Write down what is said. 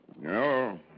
No